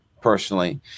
personally